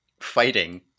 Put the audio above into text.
fighting